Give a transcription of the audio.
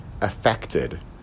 affected